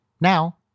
Now